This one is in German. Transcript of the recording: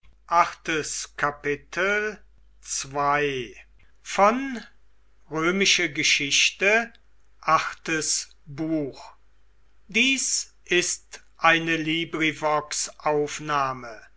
sind ist eine